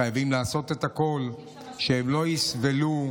חייבים לעשות את הכול כדי שהן לא יסבלו,